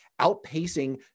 outpacing